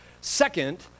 Second